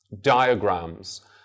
diagrams